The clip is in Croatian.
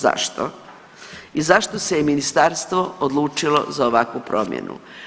Zašto i zašto se je ministarstvo odlučilo za ovakvu promjenu?